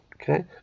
okay